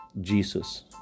Jesus